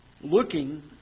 Looking